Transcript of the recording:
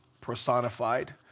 personified